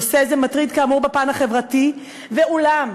נושא זה מטריד, כאמור, בפן החברתי, ואולם"